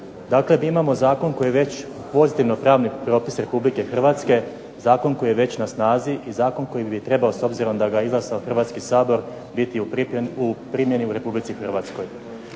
Dakle, mi imamo zakon koji je već pozitivno pravni propis Republike Hrvatske, zakon koji je već na snazi i zakon koji bi trebao s obzirom da ga je izglasao Hrvatski sabor biti u primjeni u Republici Hrvatskoj.